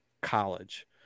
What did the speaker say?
College